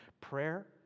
Prayer